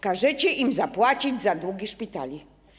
Każecie im zapłacić za długi szpitali.